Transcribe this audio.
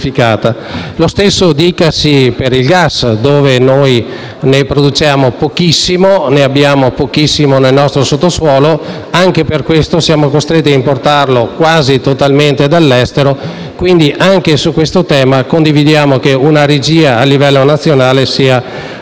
Lo stesso dicasi per il gas: ne produciamo pochissimo e ne abbiamo pochissimo nel nostro sottosuolo per questo siamo costretti ad importarlo quasi totalmente dall'estero; quindi, anche su questo tema crediamo che una regia a livello nazionale sia